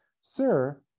Sir